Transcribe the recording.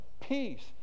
peace